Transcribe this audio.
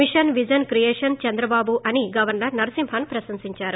machine vision creation Chandrababu అని governor Narasimhan ప్రశంసించారు